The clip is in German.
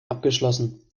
abgeschlossen